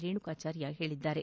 ರೇಣುಕಾಚಾರ್ಯ ಹೇಳಿದ್ದಾರೆ